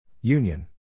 Union